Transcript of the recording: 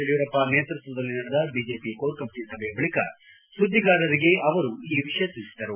ಯಡಿಯೂರಪ್ಪ ನೇತೃತ್ವದಲ್ಲಿ ನಡೆದ BJP core committee ಸಭೆಯ ಬಳಿಕ ಸುದ್ದಿಗಾರರಿಗೆ ಅವರು ಈ ವಿಷಯ ತಿಳಿಸಿದರು